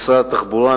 משרד התחבורה,